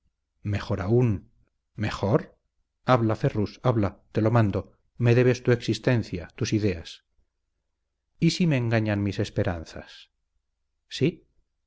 mejor aún mejor habla ferrus habla te lo mando me debes tu existencia tus ideas y si me engañan mis esperanzas si